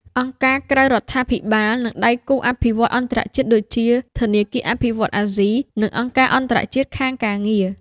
អង្គការក្រៅរដ្ឋាភិបាល និងដៃគូអភិវឌ្ឍន៍អន្តរជាតិដូចជា ធនាគារអភិវឌ្ឍន៍អាស៊ី និងអង្គការអន្តរជាតិខាងការងារ។